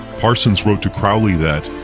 parsons wrote to crowley that,